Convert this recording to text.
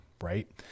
right